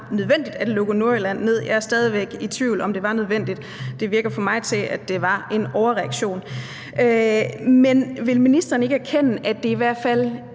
at lukke Nordjylland ned; jeg er stadig væk i tvivl om, om det var nødvendigt. Det virker for mig at se, som om det var en overreaktion. Men vil ministeren ikke erkende, at det i hvert fald